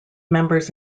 members